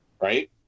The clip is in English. right